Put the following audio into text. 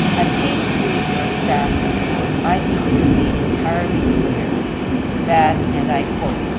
at page three of your staff report, i think it is made entirely clear that, and i quote,